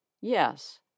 Yes